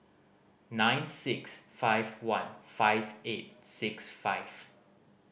nine six five one five eight six five